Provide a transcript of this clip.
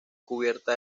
cubierta